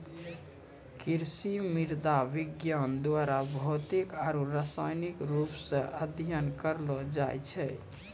कृषि मृदा विज्ञान द्वारा भौतिक आरु रसायनिक रुप से अध्ययन करलो जाय छै